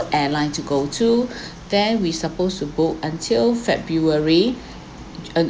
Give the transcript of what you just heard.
airline to go to there we supposed to book until february